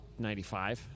95